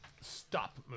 stop